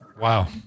Wow